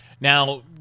Now